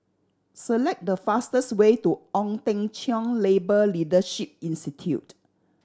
select the fastest way to Ong Teng Cheong Labour Leadership Institute